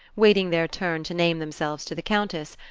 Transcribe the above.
waiting their turn to name themselves to the countess,